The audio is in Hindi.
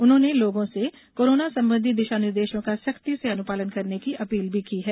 उन्होंने लोगों से कोरोना संबंधी दिशा निर्देशों का सख्ती से अनुपालन करने की अपील भी की है